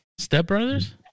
Stepbrothers